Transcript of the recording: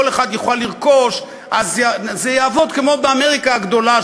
אחד יוכל לרכוש אז יעבוד כמו באמריקה הגדולה,